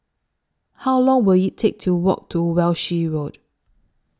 How Long Will IT Take to Walk to Walshe Road